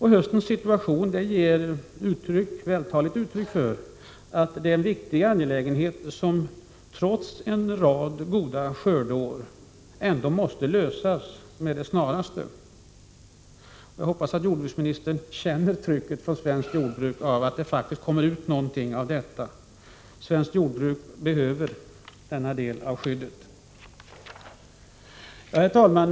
Höstens situation ger vältaligt uttryck för att detta är en viktig angelägenhet som trots en rad goda skördeår ändå måste få sin lösning med det snaraste. Jag hoppas att jordbruksministern känner trycket från svenskt jordbruk så, att det faktiskt kommer någonting ut av detta. Svenskt jordbruk behöver denna del av skyddet. Herr talman!